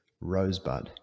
Rosebud